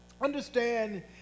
Understand